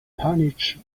punch